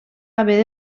haver